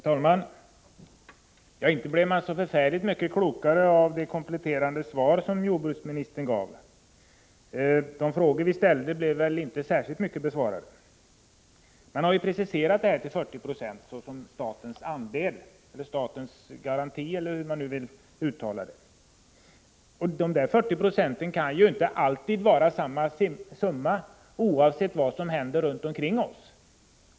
Herr talman! Inte blev man så förfärligt mycket klokare av det kompletterande svar som jordbruksministern gav. De frågor vi ställde blev egentligen inte besvarade. Man har preciserat statens andel, eller hur man nu vill uttrycka det, till 40 70. Men dessa 40 96 kan inte alltid vara samma summa oavsett vad som händer runt omkring oss.